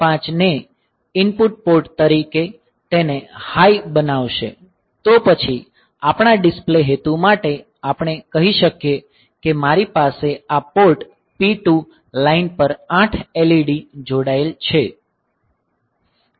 5 ને input port તેને high બનાવીને બનાવશે તો પછી આપણાં ડિસ્પ્લે હેતુ માટે આપણે કહી શકીએ કે મારી પાસે આ પોર્ટ P2 લાઇન પર 8 LED જોડાયેલ છે